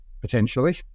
potentially